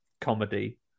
comedy